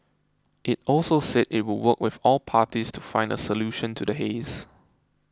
it also said it would work with all parties to find a solution to the haze